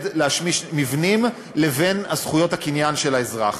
השמשת מבנים לבין זכויות הקניין של האזרח.